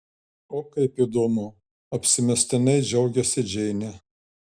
o kaip įdomu apsimestinai džiaugėsi džeinė